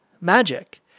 magic